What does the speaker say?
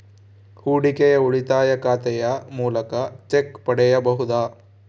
ಹೂಡಿಕೆಯ ಉಳಿತಾಯ ಖಾತೆಯ ಮೂಲಕ ಚೆಕ್ ಪಡೆಯಬಹುದಾ?